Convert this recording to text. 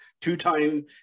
two-time